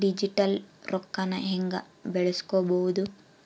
Digital ರೊಕ್ಕನ ಹ್ಯೆಂಗ ಬಳಸ್ಕೊಬೊದು?